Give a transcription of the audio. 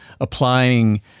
applying